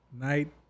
night